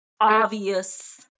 obvious